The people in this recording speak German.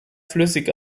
flüssig